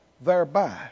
thereby